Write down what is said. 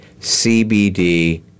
CBD